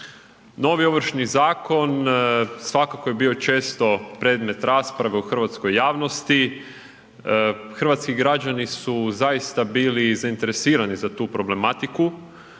Novi Ovršni zakon svakako je bio često predmet rasprave u hrvatskoj javnosti, hrvatski građani su zaista bili zainteresiran za tu problematiku.